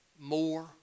more